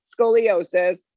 scoliosis